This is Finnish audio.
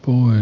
ung